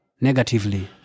negatively